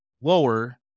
lower